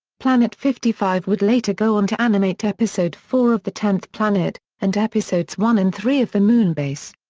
planet fifty five would later go on to animate episode four of the tenth planet, and episodes one and three of the moonbase.